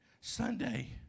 Sunday